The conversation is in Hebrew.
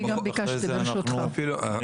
אני הגעתי עכשיו מהשטח,